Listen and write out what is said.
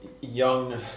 young